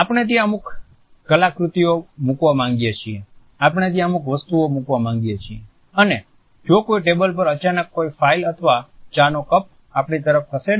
આપણે ત્યાં અમુક કલાકૃતિઓ મૂકવા માગીએ છીએ આપણે ત્યાં અમુક વસ્તુઓ મુકવા માંગીએ છીએ અને જો કોઈ ટેબલ પર અચાનક કોઈ ફાઈલ અથવા ચા નો કપ આપણી તરફ ખસેડે છે